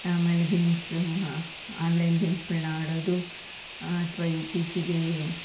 ಆಮೇಲೆ games online ಗೇಮ್ಸ್ಗಳನ್ನ ಆಡೋದು ಅಥವಾ ಇತ್ತೀಚಿಗೆ